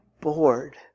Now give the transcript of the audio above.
bored